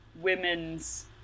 women's